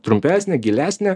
trumpesnė gilesnė